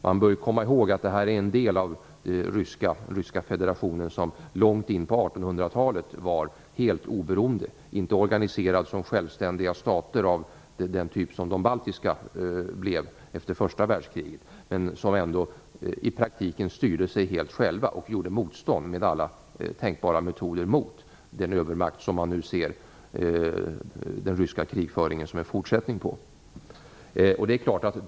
Man bör komma ihåg att det här är delar av ryska federationen som långt in på 1800-talet var helt oberoende - de var inte organiserade som självständiga stater av den typ som de baltiska blev efter första världskriget, men de styrde sig ändå i praktiken helt själva och gjorde motstånd med alla tänkbara metoder mot den övermakt som man nu ser den ryska krigföringen som en fortsättning på.